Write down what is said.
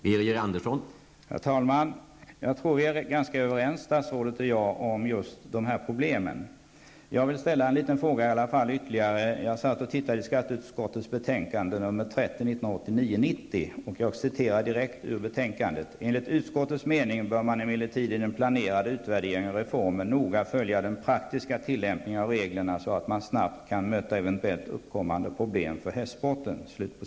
Herr talman! Jag tror att statsrådet och jag är ganska överens om just dessa problem. Jag vill ändå ställa ytterligare en fråga. Jag har tittat i skatteutskottets betänkande 1989/90:30. Där står det: ''Enligt utskottets mening bör man emellertid i den planerade utvärderingen av reformen noga följa den praktiska tillämpningen av reglerna så att man snabbt kan möta eventuellt uppkommande problem för hästsporten.''